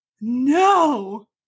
No